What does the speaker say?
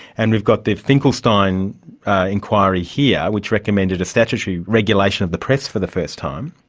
and we've got the finkelstein inquiry here, which recommended a statutory regulation of the press for the first time.